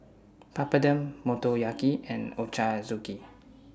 Papadum Motoyaki and Ochazuke